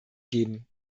geben